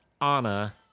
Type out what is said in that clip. Anna